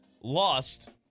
lost